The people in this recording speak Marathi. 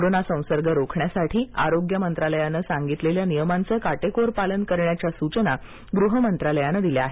कोरोना संसर्ग रोखण्यासाठी आरोग्य मंत्रालयानं सांगितलेल्या नियमांचं काटेकोर पालन करण्याच्या सूचना गृह मंत्रालयानं केली आहे